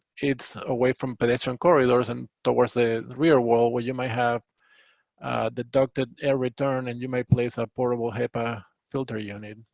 it's away from pedestrian corridors and towards the rear wall, where you might have the ducted air return, and you may place a portable hepa filter unit.